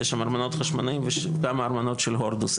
יש שם ארמונות חשמונאים וכמה ארמונות של הורדוס,